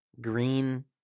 green